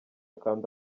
kandi